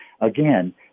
Again